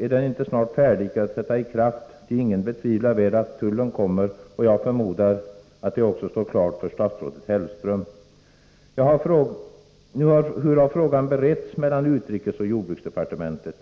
Är den inte snart färdig att sätta i verket? Ingen betvivlar väl att denna tull kommer. Jag förmodar att detta också står klart för statsrådet Hellström. Hur har frågan beretts mellan utrikesoch jordbruksdepartementen?